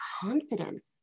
confidence